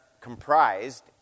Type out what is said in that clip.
comprised